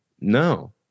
No